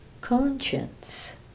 conscience